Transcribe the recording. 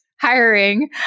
hiring